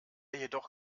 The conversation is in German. jedoch